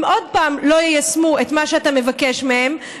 הם עוד פעם לא יישמו את מה שאתה מבקש מהם,